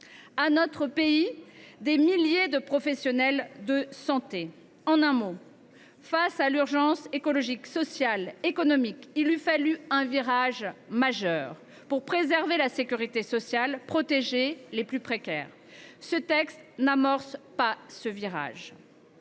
notre pays, des milliers de professionnels de santé. En un mot, face à l’urgence écologique, sociale, et économique, il eût fallu un virage majeur pour préserver la sécurité sociale et protéger les plus précaires. Or ce texte ne l’amorce pas.